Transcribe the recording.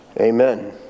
Amen